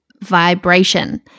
vibration